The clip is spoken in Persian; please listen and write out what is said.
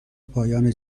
پایان